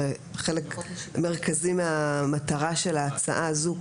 הרי חלק מרכזי מהמטרה של ההצעה הזו,